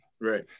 Right